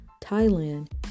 Thailand